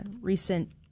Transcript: recent